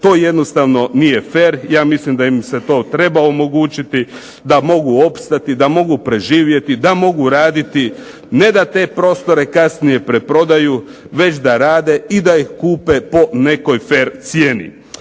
To jednostavno nije fer, ja mislim da im se to treba omogućiti da mogu opstati, da mogu preživjeti, da mogu raditi, ne da te prostore kasnije preprodaju i da ih kupe po nekoj fer cijeni.